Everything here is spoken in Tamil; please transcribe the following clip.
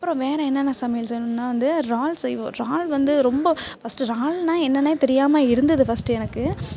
அப்புறம் வேறே என்னென்ன சமையல் செய்யணுனா வந்து இறால் செய்வோம் இறால் வந்து ரொம்ப ஃபஸ்ட்டு இறால்னா என்னனே தெரியாமல் இருந்தது ஃபஸ்ட்டு எனக்கு